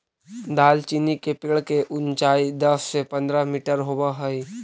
दालचीनी के पेड़ के ऊंचाई दस से पंद्रह मीटर होब हई